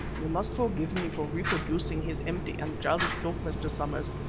you must forgive me for reproducing his empty and childish talk, mr. somers,